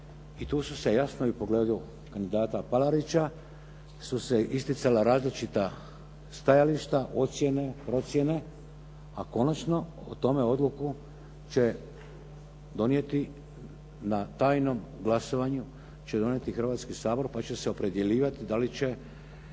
i tu su se jasno i u pogledu kandidata Palarića su se isticala različita stajališta, ocjene, procjene, a konačno o tome odluku će donijeti na tajnom glasovanju Hrvatski sabor pa će se opredjeljivati da li će